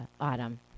Autumn